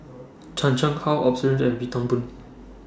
Chan Chang How Osbert and Wee Toon Boon